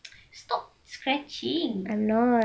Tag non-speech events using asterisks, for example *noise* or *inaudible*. *noise* stop scratching